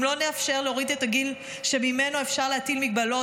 אם לא נאפשר להוריד את הגיל שממנו אפשר להטיל מגבלות,